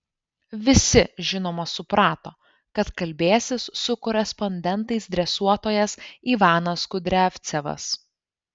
visi žinoma suprato kad kalbėsis su korespondentais dresuotojas ivanas kudriavcevas